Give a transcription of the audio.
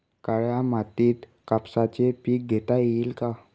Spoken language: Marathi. काळ्या मातीत कापसाचे पीक घेता येईल का?